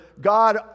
God